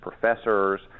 professors